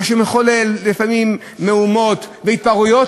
מה שמחולל לפעמים מהומות והתפרעויות,